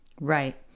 Right